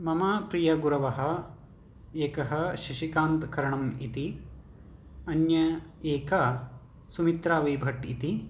मम प्रियगुरवः एकः शिशिकान्तकरणम् इति अन्या एका सुमित्रा वै भट्ट् इति